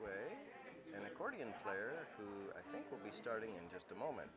way and accordion player who will be starting in just a moment